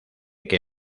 que